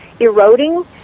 eroding